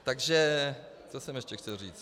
Takže o jsem ještě chtěl říct?